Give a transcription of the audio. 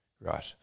Right